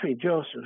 Joseph